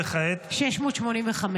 וכעת, הצבעה על הסתייגות